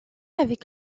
avec